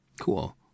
Cool